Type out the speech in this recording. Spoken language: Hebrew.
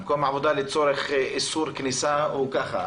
מקום עבודה לצורך איסור הוא ככה.